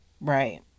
Right